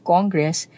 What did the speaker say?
Congress